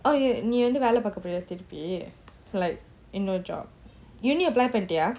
oh you நீவந்துவேலைபார்க்கப்போறியாதிருப்பி:nee vandhu vela parka poria thirupi like இன்னொரு:innoru job uni apply பண்ணிட்டியா:pannitia